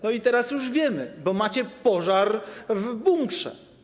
No i teraz już wiemy: bo macie pożar w bunkrze.